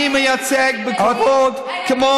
אני מייצג בכבוד, כמו